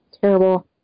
terrible